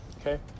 Okay